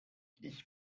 ich